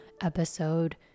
episode